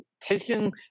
taking